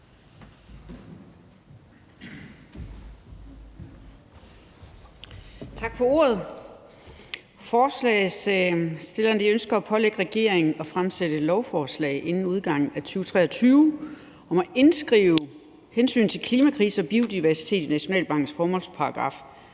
Tak for ordet.